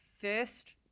first